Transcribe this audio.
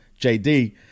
JD